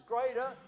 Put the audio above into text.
greater